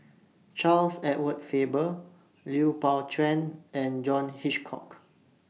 Charles Edward Faber Lui Pao Chuen and John Hitchcock